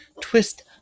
twist